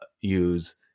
use